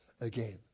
again